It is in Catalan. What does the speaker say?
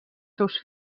seus